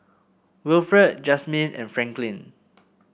Wilfred Jazmin and Franklyn